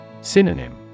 Synonym